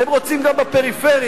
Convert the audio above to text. הם רוצים גם בפריפריה,